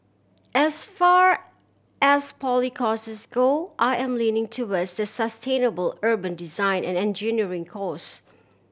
as far as poly courses go I am leaning towards the sustainable urban design and engineering course